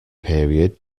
period